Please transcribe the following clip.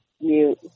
mute